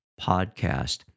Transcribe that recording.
podcast